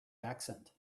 accent